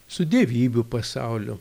su dievybių pasauliu